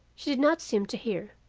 she did not seem to hear.